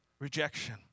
rejection